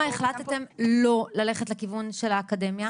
החלטתם לא ללכת לכיוון של האקדמיה?